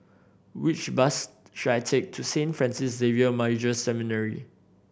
which bus should I take to Saint Francis Xavier Major Seminary